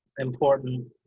important